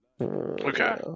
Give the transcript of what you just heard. Okay